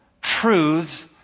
truths